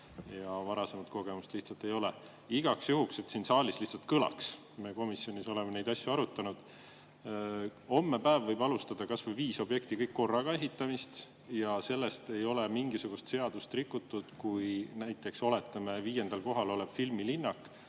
ja varasemat kogemust lihtsalt ei ole, siis igaks juhuks, et siin saalis see ka kõlaks, me komisjonis oleme neid asju arutanud: hommepäev võiks alustada kas või viie objekti korraga ehitamist ja sellega ei oleks mingisugust seadust rikutud. Näiteks, et viiendal kohal olev filmilinnak